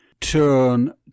turn